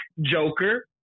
Joker